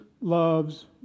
loves